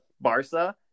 Barca